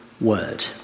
word